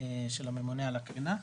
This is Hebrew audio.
של הממונה על הקרינה.